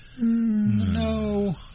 No